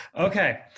Okay